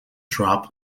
drop